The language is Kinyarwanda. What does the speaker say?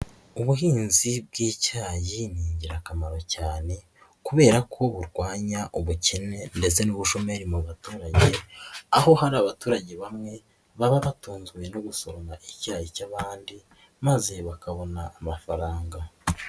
Ubuhinzi bw'icyayi n'ingirakamaro cyane kubera ko burwanya ubukene ndetse n'ubushomeri mu baturage ,aho hari abaturage bamwe baba batunzwe no gusoroma icyayi cy'abandi, maze bakabona amafaranga.